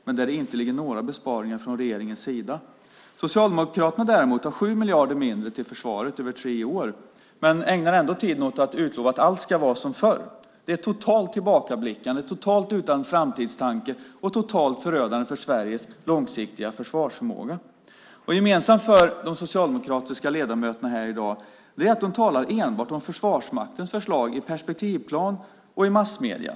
Men det ligger inga besparingar från regeringens sida där. Socialdemokraterna har däremot 7 miljarder mindre till försvaret över tre år. De ägnar ändå tiden åt att utlova att allt ska vara som förr. Det är ett totalt tillbakablickande, helt utan framtidstanke, som är totalt förödande för Sveriges långsiktiga försvarsförmåga. Gemensamt för de socialdemokratiska ledamöterna här i dag är att de talar enbart om Försvarsmaktens förslag i perspektivplan och i massmedierna.